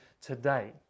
today